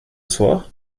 soir